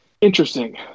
interesting